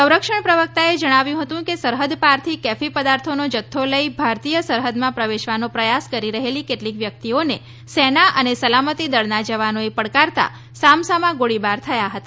સંરક્ષણ પ્રવક્તાએ જણાવ્યું હતું કે સરહદ પારથી કેફી પદાર્થોનો જથ્થો લઈ ભારતીય સરહદમાં પ્રવેશવાનો પ્રયાસ કરી રહેલી કેટલીક વ્યક્તિઓને સેના અને સલામતી દળના જવાનોએ પડકારતા સામ સામા ગોળીબાર થયા હતા